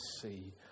see